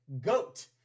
Goat